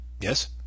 Yes